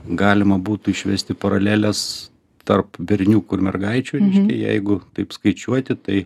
galima būtų išvesti paraleles tarp berniukų ir mergaičių reiškia jeigu taip skaičiuoti tai